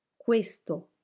Questo